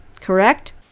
Correct